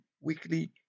weekly